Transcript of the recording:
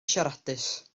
siaradus